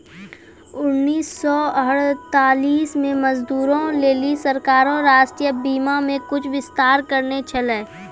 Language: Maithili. उन्नीस सौ अड़तालीस मे मजदूरो लेली सरकारें राष्ट्रीय बीमा मे कुछु विस्तार करने छलै